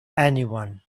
anyone